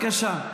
בבקשה.